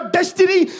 destiny